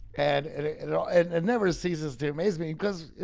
and it never ceases to amaze me cause